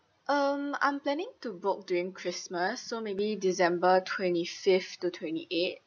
um I'm planning to book during christmas so maybe december twenty fifth to twenty eighth